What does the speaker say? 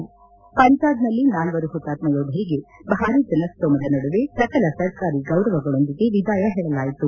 ಿಪಂಜಾಬ್ನಲ್ಲಿ ನಾಲ್ವರು ಹುತಾತ್ಮ ಯೋಧರಿಗೆ ಭಾರೀ ಜನಸ್ತೋಮದ ನಡುವೆ ಸಕಲ ಸರ್ಕಾರಿ ಗೌರವಗಳೊಂದಿಗೆ ವಿದಾಯ ಹೇಳಲಾಯಿತು